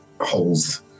holes